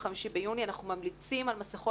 ב-25 ביוני אנחנו ממליצים על מסכות